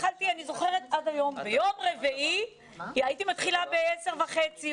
ביום רביעי הייתי מתחילה ב-10:30.